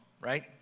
right